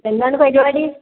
എന്നാണ് പരിപാടി